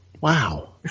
Wow